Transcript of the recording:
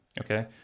Okay